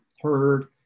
heard